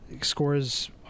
scores